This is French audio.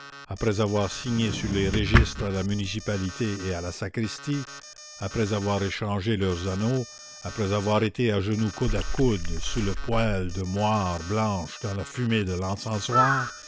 après avoir signé sur les registres à la municipalité et à la sacristie après avoir échangé leurs anneaux après avoir été à genoux coude à coude sous le poêle de moire blanche dans la fumée de l'encensoir